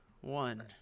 One